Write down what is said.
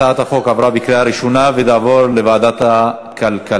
הצעת החוק עברה בקריאה ראשונה ותעבור לוועדת הכלכלה.